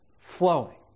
flowing